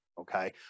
Okay